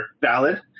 valid